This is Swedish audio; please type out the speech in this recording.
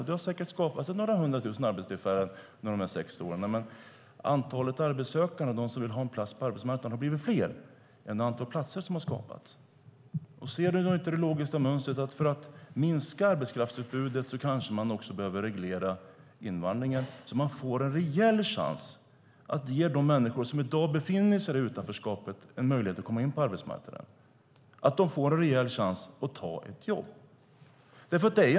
Det har säkert skapats några hundra tusen arbetstillfällen under dessa sex år, men antalet arbetssökande och de som vill ha en plats på arbetsmarknaden har blivit fler än det antal platser som har skapats. Ser du då inte det logiska mönstret? För att minska arbetskraftsutbudet kanske man också behöver reglera invandringen så att man får en reell chans att ge de människor som i dag befinner sig i utanförskap en möjlighet att komma in på arbetsmarknaden. De måste få en rejäl chans att ta ett jobb.